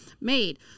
made